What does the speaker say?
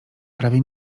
prawie